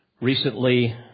Recently